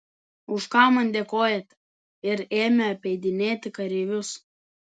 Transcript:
už ką man dėkojate ir ėmė apeidinėti kareivius